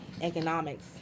economics